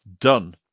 done